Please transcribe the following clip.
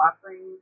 offerings